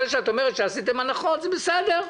את אומרת שנתתם הנחות זה בסדר.